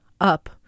up